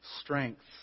strengths